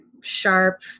sharp